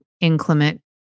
inclement